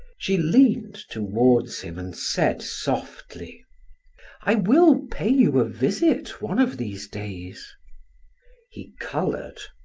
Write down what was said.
she leaned toward him and said softly i will pay you a visit one of these days he colored.